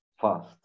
fast